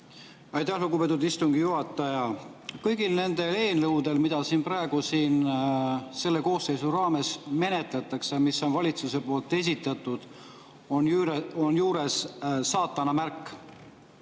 Aitäh, lugupeetud istungi juhataja! Kõigil nendel eelnõudel, mida praegu selle koosseisu raames menetletakse ja mis on valitsuse esitatud, on juures saatana märk.